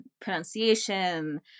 pronunciation